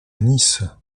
nice